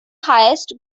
highest